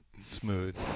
smooth